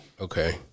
Okay